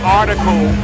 article